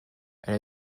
elle